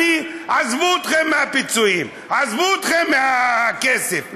עזבו אתכם מהפיצויים, עזבו אתכם מהכסף.